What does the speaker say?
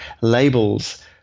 labels